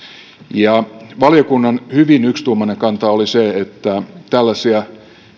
valiokunnan hyvin yksituumainen kanta oli se että tällaisia